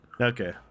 Okay